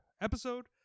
episode